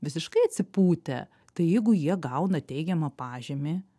visiškai atsipūtę tai jeigu jie gauna teigiamą pažymį